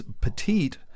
petite